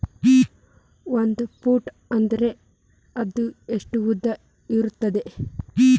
ಒಂದು ಫೂಟ್ ಅಂದ್ರೆ ಎಷ್ಟು ಉದ್ದ ಇರುತ್ತದ?